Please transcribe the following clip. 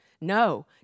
No